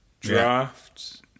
Drafts